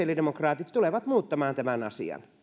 päivystystä niin sosiaalidemokraatit tulevat muuttamaan tämän asian